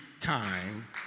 time